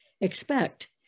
expect